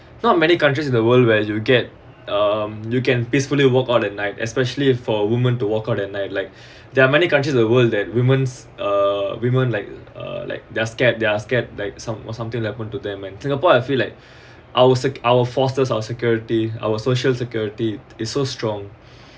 not many countries in the world where you get um you can peacefully walk out at night especially for women to walk out at night like there are many countries the world that women uh women like uh like they're scared they're scared like some or something to happen to them and singapore I feel like I was like our forces our security our social security is so strong